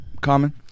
Common